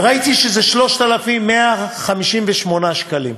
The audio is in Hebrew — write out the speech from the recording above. וראיתי שזה 3,158 שקלים.